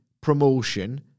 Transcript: promotion